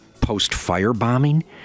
post-firebombing